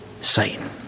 Satan